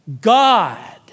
God